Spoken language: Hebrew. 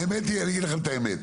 האמת היא, אני אגיד לכם את האמת.